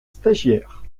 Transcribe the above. stagiaire